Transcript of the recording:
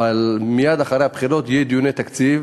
אבל מייד אחרי הבחירות יהיו דיוני תקציב